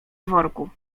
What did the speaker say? dworku